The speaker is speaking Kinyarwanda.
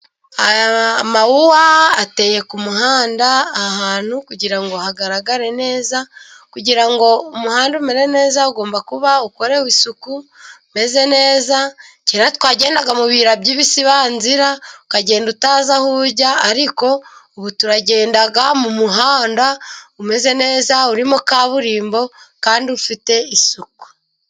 Aya mawuwa ateye ku muhanda ahantu kugira ngo hagaragare neza, kugira ngo umuhanda umere neza ugomba kuba ukorewe isuku, umeze neza. Kera twagendaga mu biyira by'ibisibanzira ukagenda utazi aho ujya, ariko ubu tugenda mu muhanda umeze neza, urimo kaburimbo kandi ufite isuku.